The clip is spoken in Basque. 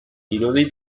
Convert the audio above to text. irudi